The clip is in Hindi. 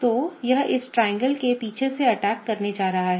तो यह इस त्रिकोण के पीछे से अटैक करने जा रहा है